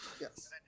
yes